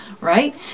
right